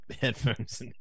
headphones